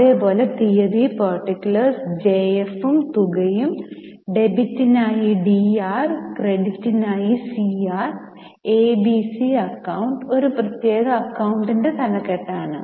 അതേ പോലെ തീയതി പാർട്ടിക്കലാർസ് ജെഎഫും തുകയും ഡെബിറ്റിനായി D r ക്രെഡിറ്റിനായി C r എബിസി അക്കൌണ്ട് ഒരു പ്രത്യേക അക്കൌണ്ടിന്റെ തലക്കെട്ടാണ്